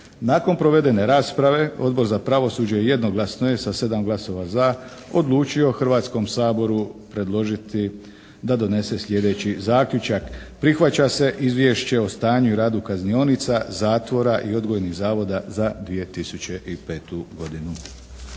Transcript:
Nakon provedene rasprave Odbor za pravosuđe jednoglasno je sa 7 glasova za, odlučio Hrvatskom saboru predložiti da donese sljedeći zaključak: Prihvaća se izvješće o stanju i radu kaznionica, zatvora i odgojnih zavoda za 2005. godinu.